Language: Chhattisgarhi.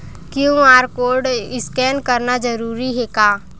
क्यू.आर कोर्ड स्कैन करना जरूरी हे का?